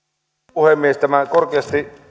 puhemies tämän korkeasti